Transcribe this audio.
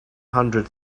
hundred